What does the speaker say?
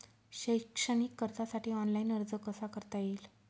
शैक्षणिक कर्जासाठी ऑनलाईन अर्ज कसा करता येईल?